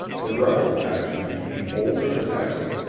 the rebel faction became bolder than ever,